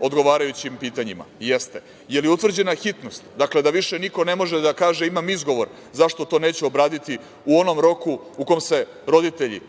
odgovarajućim pitanjima? Jeste. Da li je utvrđena hitnost, dakle, da više niko ne može da kaže – imam izgovor zašto to neću obraditi u onom roku u kom se roditelji